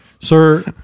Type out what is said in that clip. sir